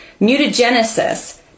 mutagenesis